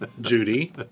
Judy